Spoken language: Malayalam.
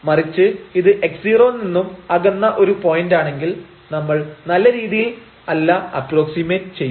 മറിച്ച് ഇത് x0 നിന്നും അകന്ന ഒരു പോയിന്റ് ആണെങ്കിൽ നമ്മൾ നല്ല രീതിയിൽ അല്ല അപ്പ്രോക്സിമെറ്റ് ചെയ്യുന്നത്